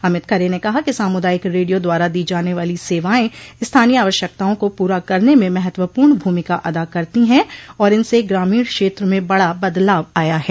अमित खरे ने कहा कि सामुदायिक रेडियो द्वारा दी जाने वाली सेवायें स्थानीय आवश्यकताओं को पूरा करने में महत्वपूर्ण भूमिका अदा करती हैं और इनसे ग्रामीण क्षेत्र में बड़ा बदलाव आया है